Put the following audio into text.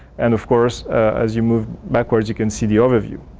and of course, as you move backwards you can see the overview.